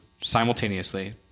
simultaneously